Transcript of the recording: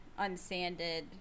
unsanded